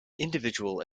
individual